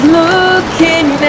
looking